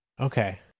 Okay